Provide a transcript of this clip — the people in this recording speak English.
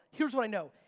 here's what i know.